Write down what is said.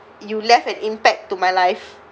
you left an impact to my life